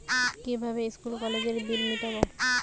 কিভাবে স্কুল কলেজের বিল মিটাব?